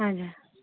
हजुर